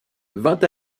vint